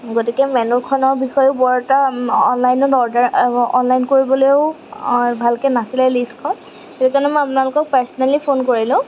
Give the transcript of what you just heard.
গতিকে মেন্য়ুখনৰ বিষয়েও বৰ এটা অনলাইনত অৰ্ডাৰ অনলাইন কৰিবলৈয়ো ভালকৈ নাছিলে লিষ্টখন সেইকাৰণে মই আপোনালোকক পাৰ্চনেলি ফোন কৰিলোঁ